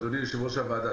אדוני יושב-ראש הוועדה.